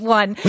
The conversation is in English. one